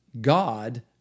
God